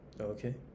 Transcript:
Okay